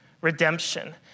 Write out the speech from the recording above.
redemption